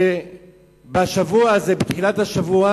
שבתחילת השבוע